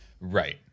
Right